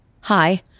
Hi